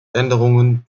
änderungen